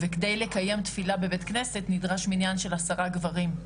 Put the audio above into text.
וכדי לקיים תפילה בבית כנסת נדרש מניין של עשרה גברים,